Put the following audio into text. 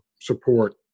support